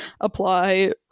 apply